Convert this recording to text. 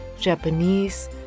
Japanese